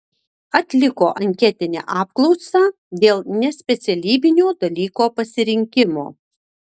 atliko anketinę apklausą dėl nespecialybinio dalyko pasirinkimo